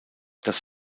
das